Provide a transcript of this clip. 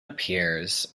appears